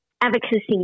advocacy